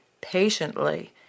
patiently